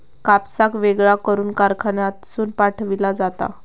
कापसाक वेगळा करून कारखान्यातसून पाठविला जाता